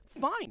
fine